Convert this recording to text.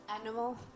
Animal